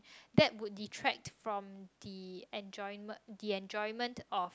that would detract from the enjoyment the enjoyment of